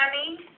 honey